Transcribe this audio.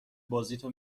بازیتو